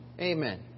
amen